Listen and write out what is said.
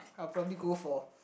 I probably go for